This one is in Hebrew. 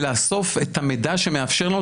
ולאסוף את המידע שמאפשר לנו.